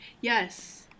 Yes